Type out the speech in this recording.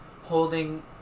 Holding